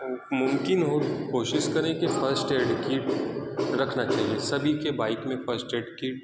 ممکن ہو تو کوشش کریں کہ فرسٹ ایڈ کٹ رکھنا چاہیے سبھی کے بائیک میں فرسٹ ایڈ کٹ